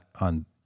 on